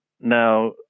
Now